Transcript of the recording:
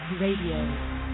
Radio